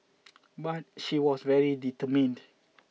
but she was very determined